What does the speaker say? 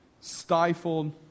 stifled